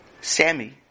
Sammy